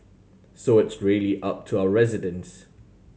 so it's really up to our residents